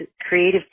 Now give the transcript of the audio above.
creative